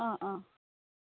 অঁ অঁ